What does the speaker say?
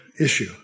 issue